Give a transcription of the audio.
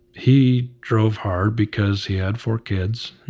he drove hard because he had four kids.